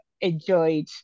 enjoyed